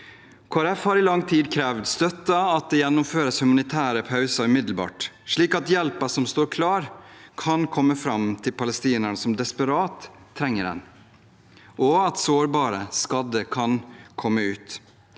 har i lang tid krevd og støttet at det gjennomføres humanitære pauser umiddelbart. Slik kan hjelpen som står klar, komme fram til palestinerne som desperat trenger hjelp, og sårbare og skadde kan komme ut.